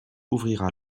ouvrira